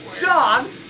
John